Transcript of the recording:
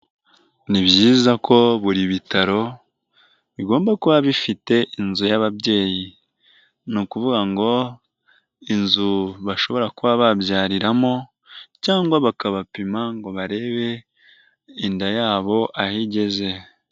Ni byiza ko buri bitaro bigomba kuba bifite inzu y'ababyeyi, ni ukuvuga ngo inzu bashobora kuba babyariramo cyangwa bakabapima ngo barebe inda yabo aho igeze.